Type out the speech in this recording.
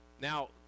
Now